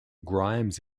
grimes